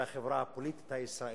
והחברה הפוליטית הישראלית,